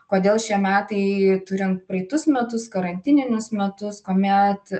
kodėl šie metai turint praeitus metus karantininius metus kuomet